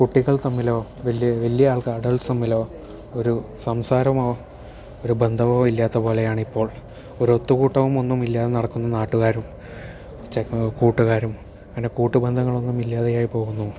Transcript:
കുട്ടികൾ തമ്മിലോ വലിയ വലിയ ആൾക്കാർ അഡൾട്സ് തമ്മിലോ ഒരു സംസാരമോ ഒരു ബന്ധമോ ഇല്ലാത്ത പോലെയാണിപ്പോൾ ഒരു ഒത്തു കൂട്ടവും ഒന്നുമില്ലാതെ നടക്കുന്ന നാട്ടുകാരും ചെ കൂട്ടുകാരും അങ്ങനെ കൂട്ട് ബന്ധങ്ങളൊന്നും ഇല്ലാതായി പോകുന്നു